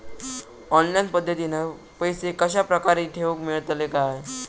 Online पद्धतीन पैसे कश्या प्रकारे ठेऊक मेळतले काय?